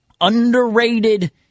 underrated